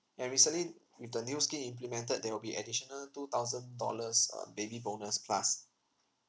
and recently with the new scheme implemented there will be additional two thousand dollars um baby bonus plus